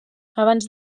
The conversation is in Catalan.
abans